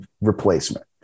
replacement